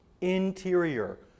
interior